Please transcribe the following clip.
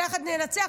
"ביחד ננצח",